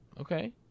Okay